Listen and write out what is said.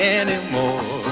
anymore